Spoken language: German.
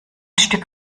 stück